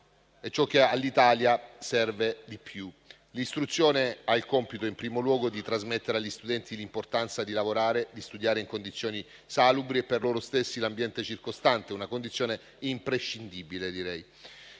ciò che all'Italia serve di più. L'istruzione ha il compito in primo luogo di trasmettere agli studenti l'importanza di lavorare e di studiare in condizioni salubri. Per loro stessi l'ambiente circostante è una condizione imprescindibile, che